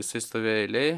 jisai stovėjo eilėj